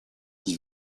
qui